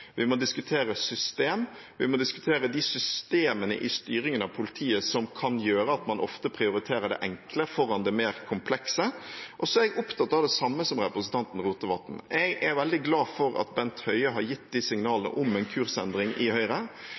Vi må diskutere system, vi må diskutere de systemene i styringen av politiet som kan gjøre at man ofte prioriterer det enkle foran det mer komplekse. Og så er jeg opptatt av det samme som representanten Rotevatn. Jeg er veldig glad for at Bent Høie har gitt signaler om en kursendring i Høyre.